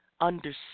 understand